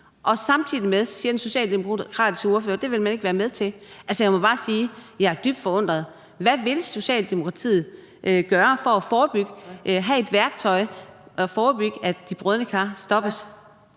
og samtidig siger den socialdemokratiske ordfører, at det vil man ikke være med til. Jeg må bare sige: Jeg er dybt forundret. Hvad vil Socialdemokratiet gøre for at forebygge det og få et værktøj, så de brodne kar stoppes?